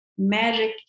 magic